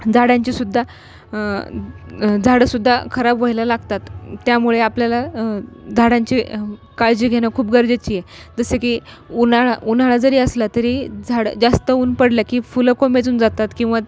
झाडांचीसुद्धा झाडंसुद्धा खराब व्हायला लागतात त्यामुळे आपल्याला झाडांची काळजी घेणं खूप गरजेची आहे जसं की उन्हाळा उन्हाळा जरी असला तरी झाडं जास्त ऊन पडलं की फुलं कोमेजून जातात किंवा